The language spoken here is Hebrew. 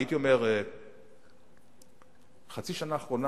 הייתי אומר בחצי השנה האחרונה,